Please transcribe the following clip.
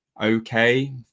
okay